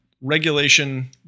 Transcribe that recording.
Regulation